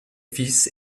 fils